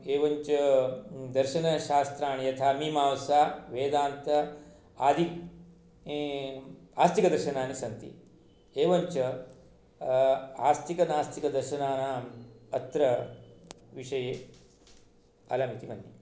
एवञ्च दर्शनशास्त्राणि यथा मीमांसा वेदान्त आदि आस्तिकदर्शनानि सन्ति एवञ्च आस्तिकनास्तिकदर्शनानां अत्र विषये अलमिति मन्ये